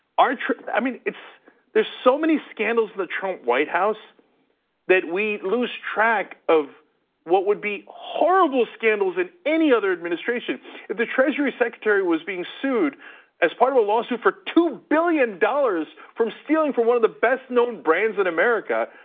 um i mean, there's so many scandals in the trump white house that we lose track of what would be horrible scandals in any other administration. if the treasury secretary was being sued as part of a lawsuit for two billion dollars from stealing from one of the best known brands in america,